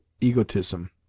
egotism